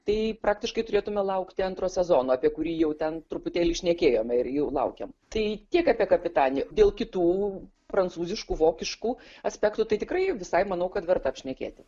tai praktiškai turėtume laukti antro sezono apie kurį jau ten truputėlį šnekėjome ir jau laukiam tai tiek apie kapitanį dėl kitų prancūziškų vokiškų aspektų tai tikrai visai manau kad verta apšnekėti